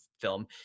film